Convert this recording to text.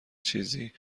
چیزی